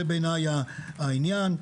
זה בעיניי העניין.